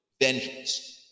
vengeance